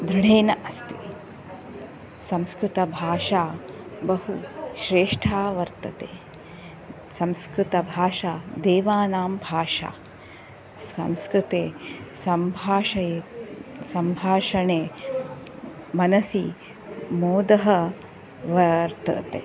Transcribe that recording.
दृढेन अस्ति संस्कृतभाषा बहु श्रेष्ठा वर्तते संस्कृतभाषा देवानां भाषा संस्कृते सम्भाषये सम्भाषणे मनसि मोदः वर्तते